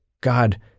God